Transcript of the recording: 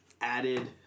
added